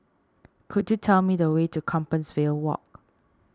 could you tell me the way to Compassvale Walk